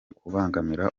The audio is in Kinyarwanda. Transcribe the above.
kubangamira